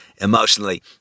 emotionally